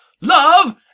LOVE